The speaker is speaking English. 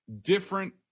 different